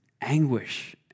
anguish